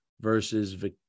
versus